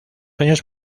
años